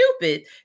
stupid